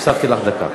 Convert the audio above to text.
הוספתי לך דקה.